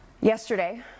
Yesterday